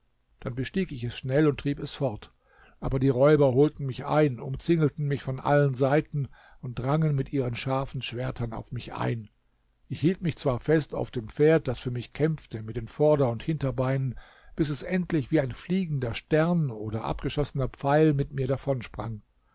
dann bestieg ich es schnell und trieb es fort aber die räuber holten mich ein umzingelten mich von allen seiten und drangen mit ihren scharfen schwertern auf mich ein ich hielt mich zwar fest auf dem pferd das für mich kämpfte mit den vorder und hinterbeinen bis es endlich wie ein fliegender stern oder abgeschossener pfeil mit mir